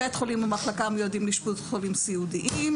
בית חולים או מחלקה המיועדים לאשפוז חולים סיעודיים,